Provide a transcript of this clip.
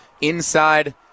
inside